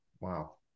wow